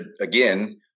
again